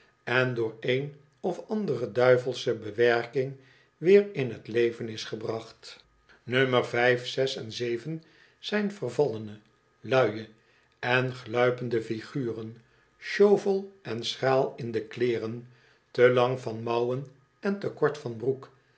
en door een of andere duivelsche bewerking weer in het leven is gebracht nummer vijf zes en zeven zijn vervaliene luie on gluipende figuren sjovel en schraal in de kleeren te lang van mouwen en te kort van brook